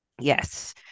Yes